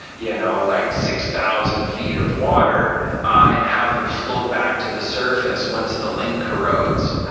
you know like six thousand feet of water and have them float back to the surface once the link corrodes.